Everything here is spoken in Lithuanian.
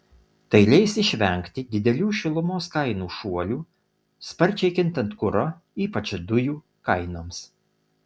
tai leis išvengti didelių šilumos kainų šuolių sparčiai kintant kuro ypač dujų kainoms